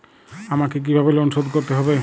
আমাকে কিভাবে লোন শোধ করতে হবে?